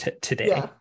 today